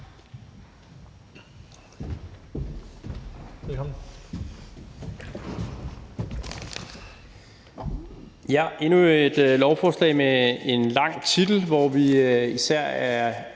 er endnu et lovforslag med en lang titel, hvor vi især er